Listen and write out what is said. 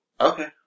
Okay